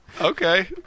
Okay